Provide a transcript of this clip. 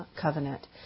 covenant